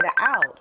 out